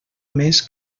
més